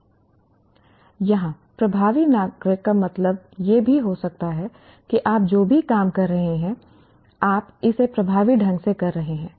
यहां प्रभावी नागरिक का मतलब यह भी होगा कि आप जो भी काम कर रहे हैं आप इसे प्रभावी ढंग से कर रहे हैं